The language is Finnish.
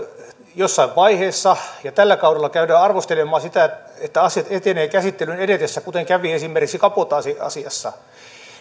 jossain vaiheessa ja tällä kaudella käydään arvostelemaan sitä että asiat etenevät käsittelyn edetessä kuten kävi esimerkiksi kabotaasiasiassa